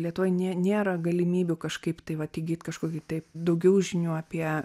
lietuvoj ne nėra galimybių kažkaip tai vat įgyt kažkokį tai daugiau žinių apie